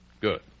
Good